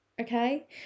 okay